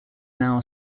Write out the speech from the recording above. now